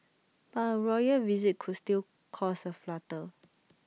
but A royal visit could still cause A flutter